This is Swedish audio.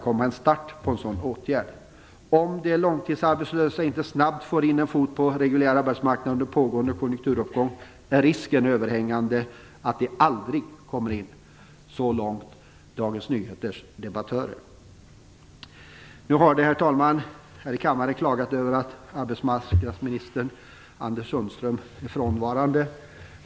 Om de långtidsarbetslösa inte snabbt får in en fot på den reguljära arbetsmarknaden under den pågående konjunkturuppgången, är risken överhängande att detta aldrig kommer att ske." Herr talman! Det har här i kammaren klagats över att arbetsmarknadsministern är frånvarande.